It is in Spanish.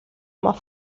más